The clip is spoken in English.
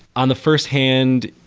on the first hand,